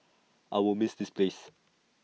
I will miss this place